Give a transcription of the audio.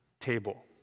table